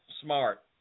smart